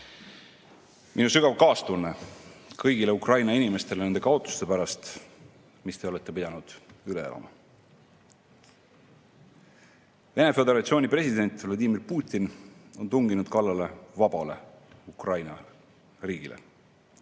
Minu sügav kaastunne kõigile Ukraina inimestele nende kaotuste pärast, mis nad on pidanud üle elama. Vene Föderatsiooni president Vladimir Putin on tunginud kallale vabale Ukraina riigile